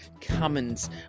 Cummins